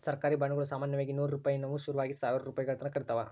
ಸರ್ಕಾರಿ ಬಾಂಡುಗುಳು ಸಾಮಾನ್ಯವಾಗಿ ನೂರು ರೂಪಾಯಿನುವು ಶುರುವಾಗಿ ಸಾವಿರಾರು ರೂಪಾಯಿಗಳತಕನ ಇರುತ್ತವ